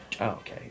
okay